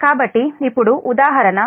కాబట్టి ఇప్పుడు ఉదాహరణ 6 0